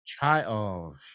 child